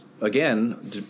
again